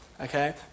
okay